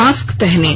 mask पहनें